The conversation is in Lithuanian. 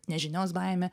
nežinios baimė